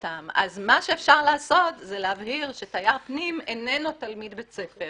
מה שאפשר לעשות זה להבהיר שתייר פנים איננו תלמיד בית ספר